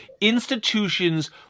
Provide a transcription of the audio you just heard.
institutions